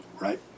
Right